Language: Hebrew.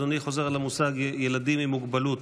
אדוני חוזר על המושג "ילדים עם מוגבלות".